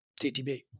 TTB